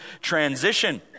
transition